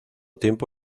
tiempo